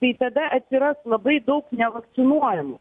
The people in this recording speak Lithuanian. tai tada atsiras labai daug nevakcinuojamų